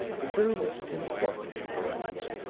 the girl looked at him thoughtfully for a moment.